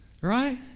right